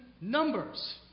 numbers